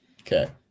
Okay